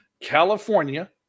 California